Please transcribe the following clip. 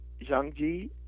Zhangji